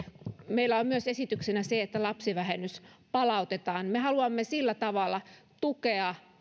meillä on myös esityksenä se että lapsivähennys palautetaan me haluamme sillä tavalla tukea